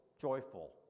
joyful